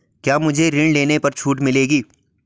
क्या मुझे ऋण लेने पर छूट मिलेगी?